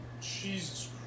Jesus